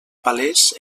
palès